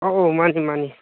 ꯑꯧ ꯑꯧ ꯃꯥꯅꯤ ꯃꯥꯅꯤ